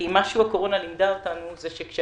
כי מה שהקורונה לימדה אותנו הוא שכאשר